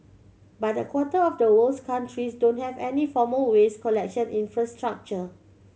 but a quarter of the world's countries don't have any formal waste collection infrastructure